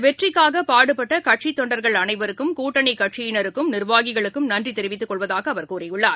வெற்றிக்காக பாடுபட்ட கட்சித் தொண்டர்கள் அனைவருக்கும் கூட்டணி கட்சியினருக்கும் இந்த நிர்வாகிகளுக்கும் நன்றி தெரிவித்துக் கொள்வதாக அவர் கூறியுள்ளார்